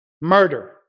murder